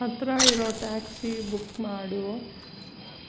ಹತ್ತಿರ ಇರೋ taxi book ಮಾಡು